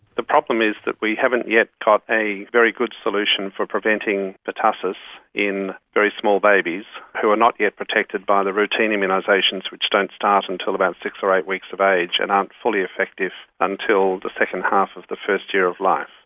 the problem is that we haven't yet got a very good solution for preventing pertussis in very small babies who are not yet protected by the routine immunisations, which don't start until about six or eight weeks of age and aren't fully effective until the second half of the first year of life,